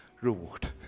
reward